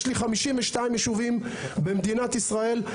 יש לי 52 יישובים במדינת ישראל.